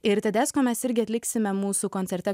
ir tedesko mes irgi atliksime mūsų koncerte